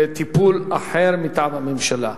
טיפול אחר מטעם הממשלה.